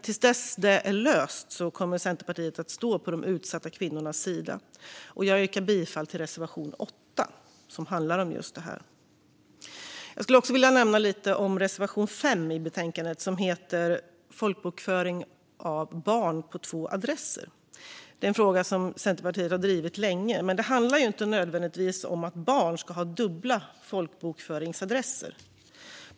Tills det är löst kommer Centerpartiet att stå på de utsatta kvinnornas sida, och jag yrkar bifall till reservation 8 som handlar om just detta. Jag skulle också vilja nämna reservation 5 i betänkandet, och det gäller folkbokföring av barn på två adresser. Det är en fråga som Centerpartiet har drivit länge. Det handlar inte nödvändigtvis om att barn ska ha dubbla folkbokföringsadresser.